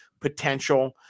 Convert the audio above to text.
potential